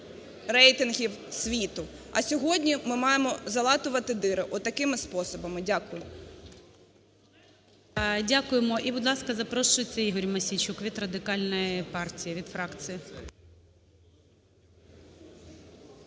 топ-рейтингів світу. А сьогодні ми маємо залатувати діри от такими способами. Дякую. ГОЛОВУЮЧИЙ. Дякуємо. І, будь ласка, запрошується Ігор Мосійчук від Радикальної партії, від фракції.